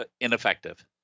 ineffective